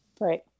Right